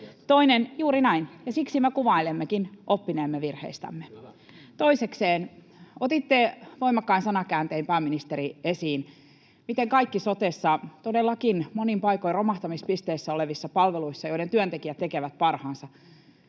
— Juuri näin, ja siksi me kuvailemmekin oppineemme virheistämme. Toisekseen, otitte voimakkain sanakääntein, pääministeri, esiin, että kaikki sotessa todellakin on monin paikoin romahtamispisteessä palveluissa, joiden työntekijät tekevät parhaansa.